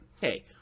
Hey